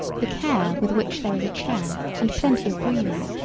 the care with which there is a chair and plenty of breathing.